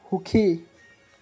সুখী